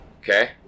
Okay